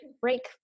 break